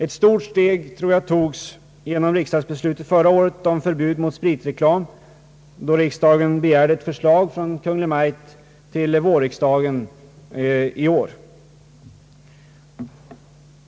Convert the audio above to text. Ett stort steg togs genom riksdagsbeslutet förra året om förbud mot spritreklam, då riksdagen begärde ett förslag från Kungl. Maj:t till vårriksdagen i år.